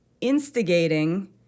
instigating